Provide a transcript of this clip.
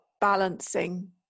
balancing